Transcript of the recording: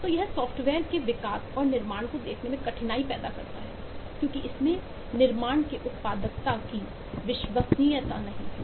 तो यह साफ्टवेयर के विकास और निर्माण को देखने में कठिनाई पैदा करता है क्योंकि इसमें निर्माण के उत्पादकता कीविश्वसनीयता नहीं है